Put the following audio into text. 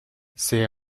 c’est